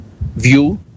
view